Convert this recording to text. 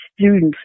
students